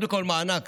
קודם כול מענק